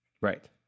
Right